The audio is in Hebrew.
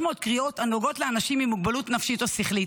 קריאות הנוגעות לאנשים עם מוגבלות נפשית או שכלית,